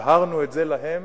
הבהרנו להם